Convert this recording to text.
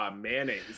mayonnaise